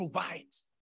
provides